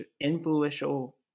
influential